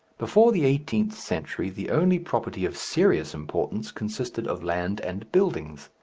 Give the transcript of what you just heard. before the eighteenth century the only property of serious importance consisted of land and buildings.